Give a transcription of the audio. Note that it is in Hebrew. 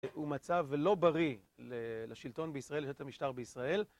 הוא מצב לא בריא לשלטון בישראל, לשלטת המשטר בישראל.